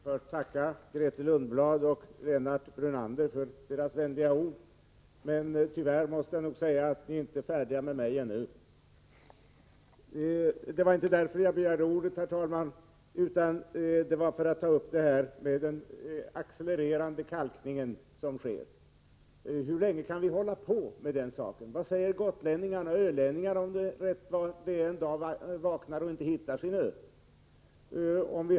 Herr talman! Jag vill först tacka Grethe Lundblad och Lennart Brunander för deras vänliga ord, men tyvärr måste jag nog säga att ni inte är färdiga med mig ännu. Herr talman! Det var inte därför jag begärde ordet utan det var för att ta upp frågan om den accelererande kalkning som sker. Hur länge kan vi hålla på med den saken? Vad säger gotlänningarna och ölänningarna om de rätt vad det är vaknar en dag och inte hittar sin ö?